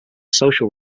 social